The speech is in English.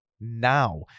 now